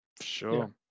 Sure